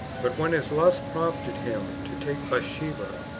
but when his lust prompted him to take bathsheba,